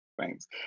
Thanks